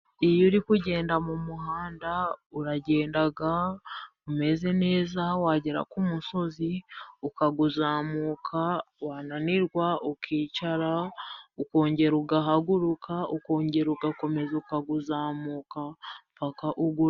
Iyo uri kugenda mu muhanda uragenda umeze neza, wagera ku musozi ukawuzamuka, wananirwa ukicara. Ukongera ugahaguruka ukongera ugakomeza ukawuzamuka mpaka uwubuze.